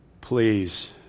please